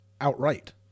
outright